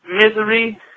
Misery